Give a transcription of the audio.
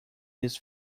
his